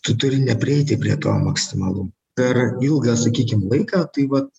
tu turi neprieiti prie to maksimalu per ilgą sakykim laiką tai vat